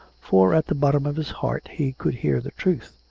for at the bottom of his heart he could hear the truth.